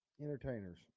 entertainers